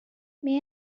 may